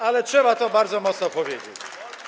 Ale trzeba to bardzo mocno powiedzieć.